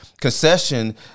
concession